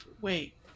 Wait